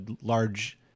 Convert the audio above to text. large